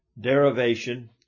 derivation